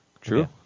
True